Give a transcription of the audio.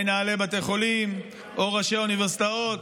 או מנהלי בתי חולים או ראשי אוניברסיטאות,